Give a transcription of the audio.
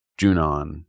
Junon